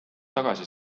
tagasi